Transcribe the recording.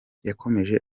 yakomeje